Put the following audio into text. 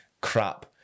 crap